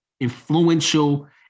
influential